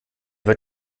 wird